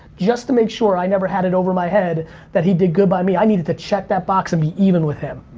just to make sure i never had it over my head that he did good by me. i needed to check that box and be even with him.